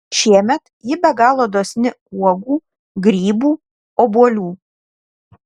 šiemet ji be galo dosni uogų grybų obuolių